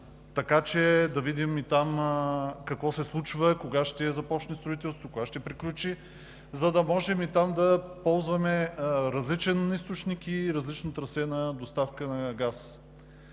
газ, да видим и там какво се случва, кога ще започне строителството, кога ще приключи, за да можем и там да ползваме различен източник и различно трасе на доставка на газ.